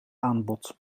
aanbod